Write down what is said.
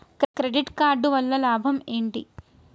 Credit card వల్ల లాభం ఏంటి?